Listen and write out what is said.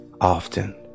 often